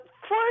first